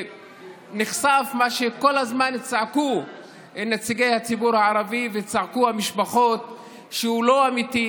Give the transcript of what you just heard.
נחשף מה שכל הזמן צעקו נציגי הציבור הערבי וצעקו המשפחות שהוא לא אמיתי,